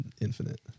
infinite